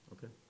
Okay